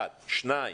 שתיים,